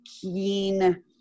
keen